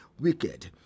wicked